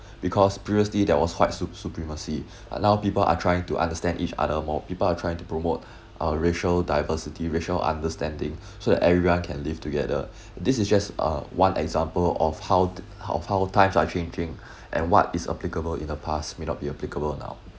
because previously there was white su~ supremacy and now people are trying to understand each other more people are trying to promote uh racial diversity racial understanding so that everyone can live together this is just uh one example of how th~ how times are changing and what is applicable in the past may not be applicable now